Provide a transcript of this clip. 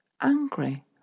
angry